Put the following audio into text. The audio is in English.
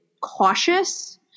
cautious